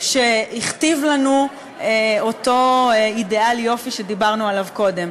שהכתיב לנו אותו אידיאל יופי שדיברנו עליו קודם.